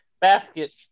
basket